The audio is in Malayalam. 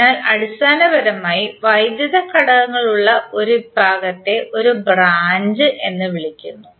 അതിനാൽ അടിസ്ഥാനപരമായി വൈദ്യുത ഘടകങ്ങൾ ഉള്ള ഒരു വിഭാഗത്തെ ഒരു ബ്രാഞ്ച് എന്ന് വിളിക്കുന്നു